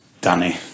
Danny